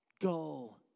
Go